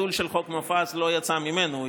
הביטול של חוק מופז לא יצא ממנו,